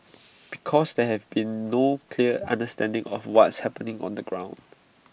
because there has been no clear understanding of what's happening on the ground